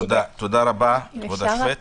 תודה רבה כבוד השופט.